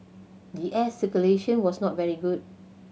the air circulation was not very good